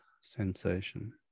sensation